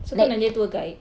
so kau nak jadi tour guide